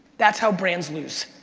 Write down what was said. that's how brands lose.